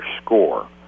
score